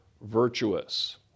virtuous